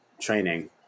training